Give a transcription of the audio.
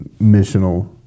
missional